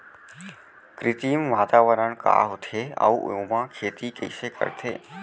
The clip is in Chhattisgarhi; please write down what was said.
कृत्रिम वातावरण का होथे, अऊ ओमा खेती कइसे करथे?